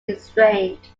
restrained